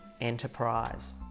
enterprise